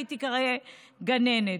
ותיקרא גננת.